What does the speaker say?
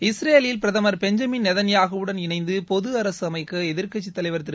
இஸ்ரேலில் பிரதமர் பெஞ்சமின் நெத்தன் யாகுவுடன் இணைந்து பொது அரசு அமைக்க எதிர்க்கட்சித் தலைவர் திரு